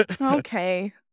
Okay